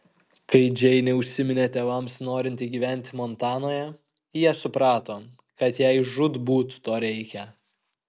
kai džeinė užsiminė tėvams norinti gyventi montanoje jie suprato kad jai žūtbūt to reikia